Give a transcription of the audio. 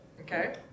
okay